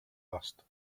asked